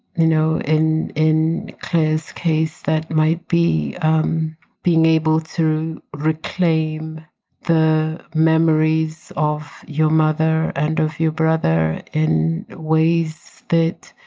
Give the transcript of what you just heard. you know, in in close case. that might be um being able to reclaim the memories of your mother and of your brother in ways that,